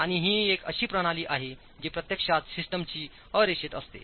आणि ही एक अशी प्रणाली आहे जी प्रत्यक्षात सिस्टमची अ रेषेत असते